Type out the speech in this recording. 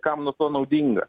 kam nuo to naudinga